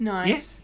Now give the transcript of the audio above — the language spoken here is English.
Nice